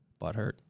butthurt